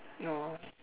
oh